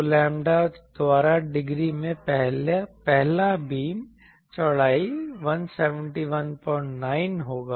तो लैंबडा द्वारा डिग्री में पहला बीम चौड़ाई 1719 होगा